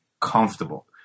comfortable